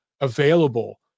available